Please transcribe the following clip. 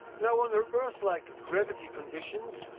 now, under earth-like gravity conditions,